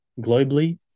globally